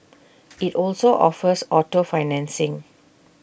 IT also offers auto financing